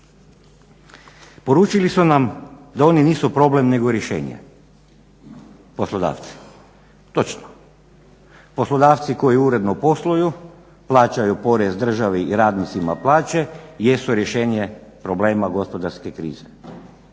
Poručili su nam da oni nisu problem nego rješenje, poslodavci. Točno. Poslodavci koji uredno posluju plaćaju porez državi i radnicima plaće jesu rješenje problema gospodarske krize,